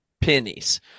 pennies